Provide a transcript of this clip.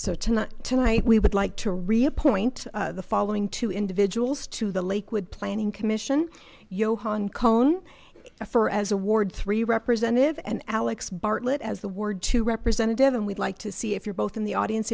so tonight tonight we would like to reappoint the following two individuals to the lakewood planning commission johann cone for as award three representative and alex bartlett as the ward to representative and we'd like to see if you're both in the audience